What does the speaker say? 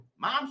Mom